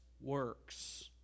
works